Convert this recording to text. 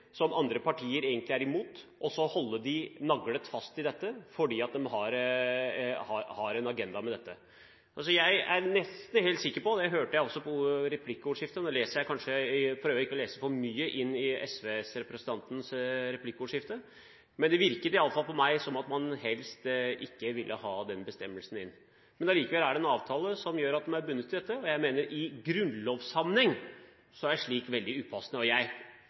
som andre partier egentlig er imot, og så holde dem naglet fast til dette fordi de har en agenda med dette. Jeg er nesten helt sikker på og hørte også av replikkordskiftet – jeg prøver å ikke lese for mye inn i SV-representantens replikkordskifte, men det virket i alle fall på meg som – at man helst ikke ville ha den bestemmelsen inn. Men allikevel er det en avtale som gjør at en er bundet til dette, og jeg mener at i grunnlovssammenheng er slikt veldig upassende. Egentlig er jeg